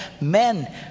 men